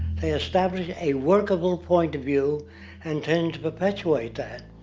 they established a workable point of view and tend to perpetuate that.